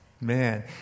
man